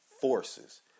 forces